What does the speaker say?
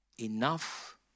Enough